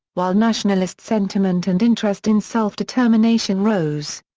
while nationalist sentiment and interest in self-determination rose.